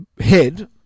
head